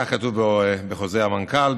כך כתוב בחוזר המנכ"ל,